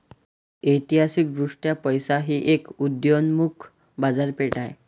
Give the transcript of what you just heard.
ऐतिहासिकदृष्ट्या पैसा ही एक उदयोन्मुख बाजारपेठ आहे